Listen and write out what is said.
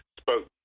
spoke